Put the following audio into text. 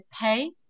pay